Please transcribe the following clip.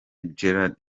gerard